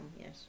yes